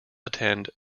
attend